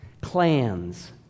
clans